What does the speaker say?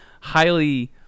Highly